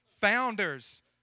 Founders